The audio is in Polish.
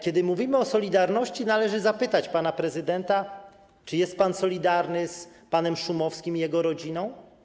Kiedy mówimy o solidarności, należy zapytać pana prezydenta: Czy jest pan solidarny z panem Szumowskim i jego rodziną?